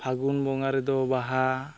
ᱯᱷᱟᱜᱩᱱ ᱵᱚᱸᱜᱟ ᱨᱮᱫᱚ ᱵᱟᱦᱟ